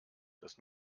dass